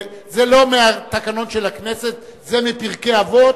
זה לא מהתקנון של הכנסת, זה מפרקי אבות,